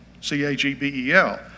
C-A-G-B-E-L